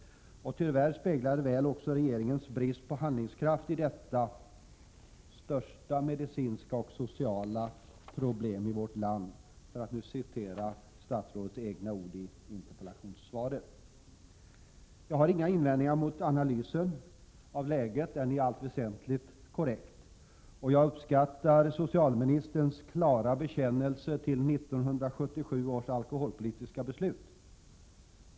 Tyvärr speglar svaret regeringens brist på handlingskraft i det som är ”ett av de största medicinska och sociala problemen i vårt land”, som statsrådet uttrycker det i sitt interpellationssvar. Jag har inga invändningar mot analysen av läget. Den är i allt väsentligt korrekt. Jag uppskattar socialministerns klara bekännelse till 1977 års alkoholpolitiska beslut.